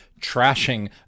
trashing